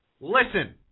listen